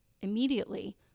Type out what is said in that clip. immediately